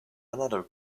another